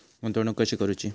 गुंतवणूक कशी करूची?